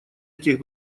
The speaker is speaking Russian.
этих